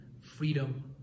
freedom